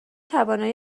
توانایی